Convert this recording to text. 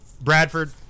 Bradford